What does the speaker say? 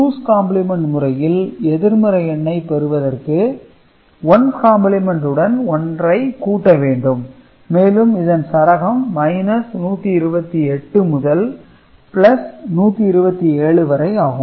two's complement முறையில் எதிர்மறை எண்ணை பெறுவதற்கு ஒன்ஸ் காம்பிளிமெண்ட் உடன் 1ஐ கூட்ட வேண்டும் மேலும் இதன் சரகம் 128 முதல் 127 வரை ஆகும்